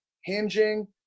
hinging